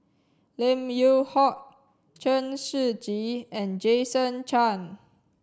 Lim Yew Hock Chen Shiji and Jason Chan